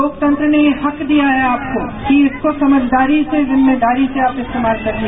लोकतंत्र ने ये हक दिया है आपको कि इसको समझदारी से जिम्मेदारी से आप इस्तेमाल कीजिए